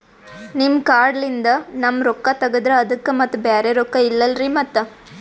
ನಿಮ್ ಕಾರ್ಡ್ ಲಿಂದ ನಮ್ ರೊಕ್ಕ ತಗದ್ರ ಅದಕ್ಕ ಮತ್ತ ಬ್ಯಾರೆ ರೊಕ್ಕ ಇಲ್ಲಲ್ರಿ ಮತ್ತ?